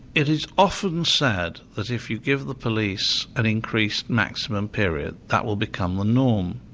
it is often said that if you give the police an increased maximum period, that will become the norm.